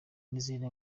n’izindi